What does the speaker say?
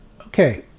Okay